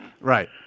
Right